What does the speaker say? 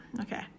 Okay